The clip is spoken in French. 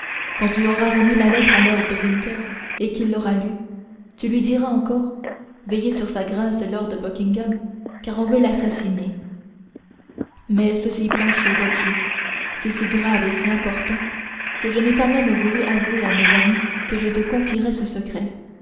quand tu auras remis la lettre à lord de winter et qu'il l'aura lue tu lui diras encore veillez sur sa grâce lord buckingham car on veut l'assassiner mais ceci planchet vois-tu c'est si grave et si important que je n'ai pas même voulu avouer à mes amis que je te confierais ce secret